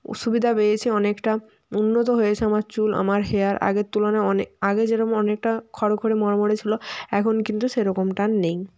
ও সুবিধা পেয়েছে অনেকটা উন্নত হয়েছে আমার চুল আমার হেয়ার আগের তুলনায় অনেক আগে যেরম অনেকটা খরখরে মরমরে ছিলো এখন কিন্তু সেরকমটা আর নেই